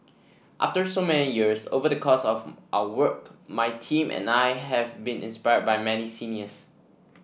after so many years over the course of our work my team and I have been inspired by many seniors